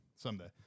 Someday